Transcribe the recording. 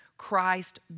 Christ